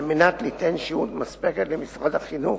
על מנת ליתן שהות מספקת למשרד החינוך